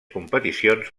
competicions